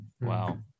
Wow